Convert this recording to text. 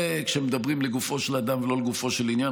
זה כשמדברים לגופו של אדם ולא לגופו של עניין,